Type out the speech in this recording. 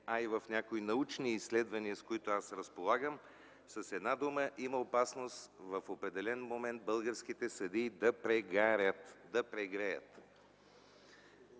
а и в някои научни изследвания, с които аз разполагам, с една дума има опасност в определен момент българските съдии да прегреят.